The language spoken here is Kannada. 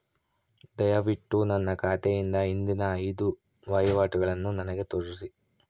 ದಯವಿಟ್ಟು ನನ್ನ ಖಾತೆಯಿಂದ ಹಿಂದಿನ ಐದು ವಹಿವಾಟುಗಳನ್ನು ನನಗೆ ತೋರಿಸಿ